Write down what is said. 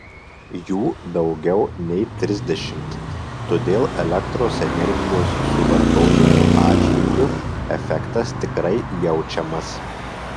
jų daugiau nei trisdešimt todėl elektros energijos suvartojimo atžvilgiu efektas tikrai jaučiamas